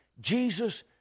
Jesus